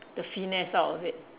the finesse out of it